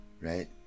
Right